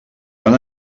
van